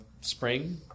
spring